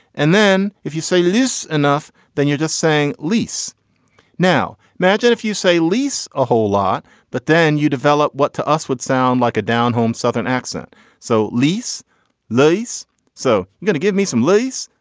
and then if you say loose enough then you're just saying lease now imagine if you say lease a whole lot but then you develop what to us would sound like a down home southern accent so lease lease so you gonna give me some lease.